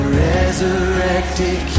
resurrected